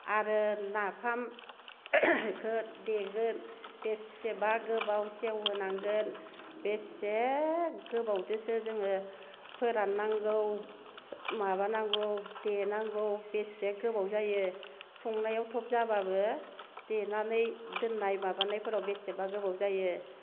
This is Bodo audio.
आरो नाफाम देगोन बेसेबा गोबाव सेवहोनांगोन बेसे गोबावदोसो जोङो फोराननांगौ माबानांगौ देनांगौ बेसे गोबाव जायो संनायाव थब जाब्लाबो देनानै दोननाय माबानायफोराव बेसेबा गोबाव जायो